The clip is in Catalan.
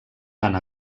tant